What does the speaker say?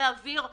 מה העלויות שלו,